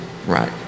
Right